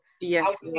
yes